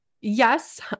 Yes